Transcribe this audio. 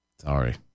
Sorry